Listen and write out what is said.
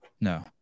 No